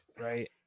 Right